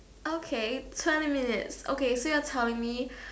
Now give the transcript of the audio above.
okay twenty minutes okay so you're telling me